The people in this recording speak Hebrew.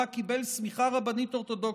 ובה קיבל סמיכה רבנית אורתודוקסית.